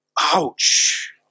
Ouch